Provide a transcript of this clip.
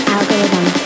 Algorithm